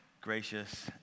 gracious